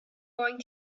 going